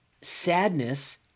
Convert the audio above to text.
sadness